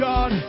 God